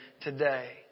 today